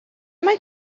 mae